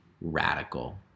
radical